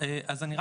אני רק